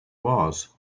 was